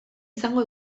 izango